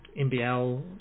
MBL